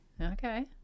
okay